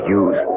use